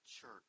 church